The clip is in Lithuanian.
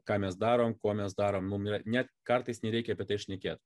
ką mes darom kuo mes darom mums net kartais nereikia apie tai šnekėt